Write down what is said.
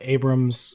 Abrams